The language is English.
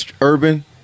urban